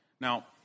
Now